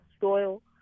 soil